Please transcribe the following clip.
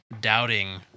Doubting